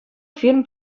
фильм